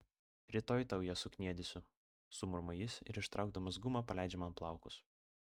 rytoj tau ją sukniedysiu sumurma jis ir ištraukdamas gumą paleidžia man plaukus